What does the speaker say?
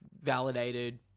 validated